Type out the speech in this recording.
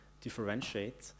differentiate